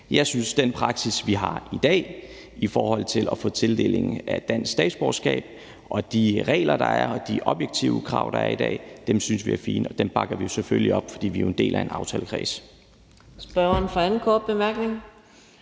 Vi synes, at den praksis, man har i dag, i forhold til at få en tildeling af et dansk statsborgerskab og de regler og de objektive krav, der er i dag, er fine, og dem bakker vi selvfølgelig op, fordi vi er en del af en aftalekreds.